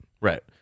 Right